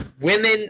women